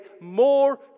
more